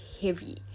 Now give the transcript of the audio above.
heavy